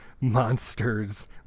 monsters